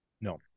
No